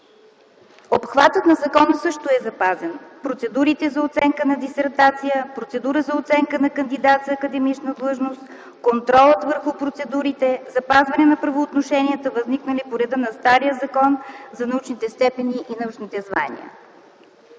Обхватът на закона също е запазен – процедурите за оценка на дисертация, процедурата за оценка на кандидат за академична длъжност, контролът върху процедурите, запазване на правоотношенията, възникнали по реда на стария Закон за научните степени и научните звания.